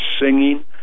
singing